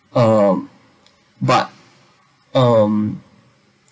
um but um